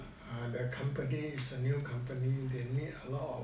our company is a new company they need a lot of